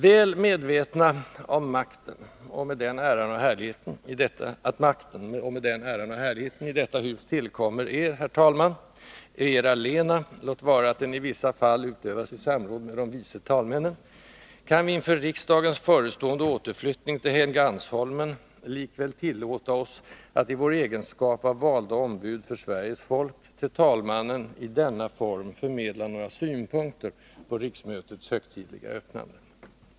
Väl medvetna om att makten, och med den äran och härligheten, i detta hus tillkommer Er, herr talman, och Er allena — låt vara att den i vissa fall skall utövas i samråd med de vice talmännen — har vi inför riksdagens förestående återflyttning till Helgeandsholmen likväl tillåtit oss att i vår egenskap av valda ombud för Sveriges folk till talmannen i denna form förmedla några synpunkter på riksmötets högtidliga öppnande.